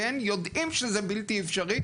יודעים שזה בלתי אפשרי,